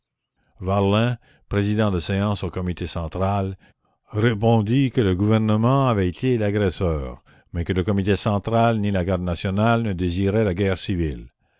varlin président de séance au comité central répondit que le gouvernement avait été l'agresseur mais que le comité central ni la garde nationale ne désiraient la guerre civile